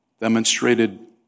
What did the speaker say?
demonstrated